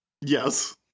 Yes